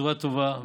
בצורה טובה.